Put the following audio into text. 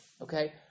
okay